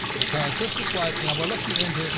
because this is what you know we're looking into. like